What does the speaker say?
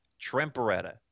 Tremperetta